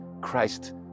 Christ